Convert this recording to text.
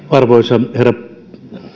arvoisa herra